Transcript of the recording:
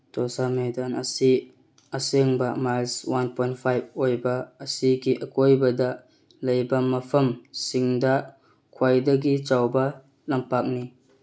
ꯇꯣꯁꯥ ꯃꯦꯗꯥꯟ ꯑꯁꯤ ꯑꯁꯥꯡꯕ ꯃꯥꯏꯜꯁ ꯋꯥꯟ ꯄꯣꯏꯟ ꯐꯥꯏꯚ ꯑꯣꯏꯕ ꯑꯁꯤꯒꯤ ꯑꯀꯣꯏꯕꯗ ꯂꯩꯕ ꯃꯐꯝꯁꯤꯡꯗ ꯈ꯭ꯋꯥꯏꯗꯒꯤ ꯆꯥꯎꯕ ꯂꯝꯄꯥꯛꯅꯤ